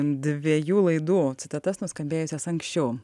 dviejų laidų citatas nuskambėjusias anksčiau